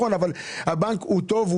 הבנק הוא טוב,